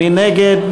מי נגד?